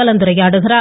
கலந்துரையாடுகிறார்